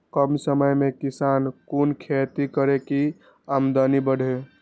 कम समय में किसान कुन खैती करै की आमदनी बढ़े?